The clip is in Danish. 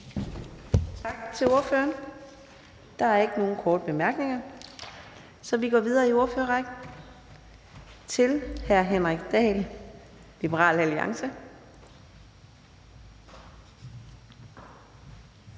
Tak til ordføreren. Der er ikke nogen korte bemærkninger, så vi går videre i ordførerrækken til hr. Henrik Dahl, Liberal Alliance.